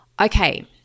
Okay